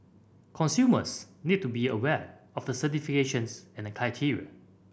consumers need to be aware of the certifications and criteria